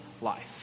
life